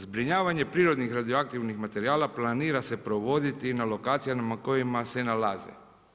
Zbrinjavanja prirodnih radioaktivnih materijala, planira se provoditi i na lokacijama na kojima se nalazi.